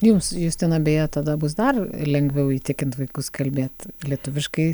jums justina beje tada bus dar lengviau įtikint vaikus kalbėt lietuviškai